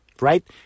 Right